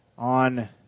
On